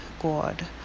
God